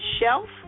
shelf